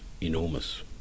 enormous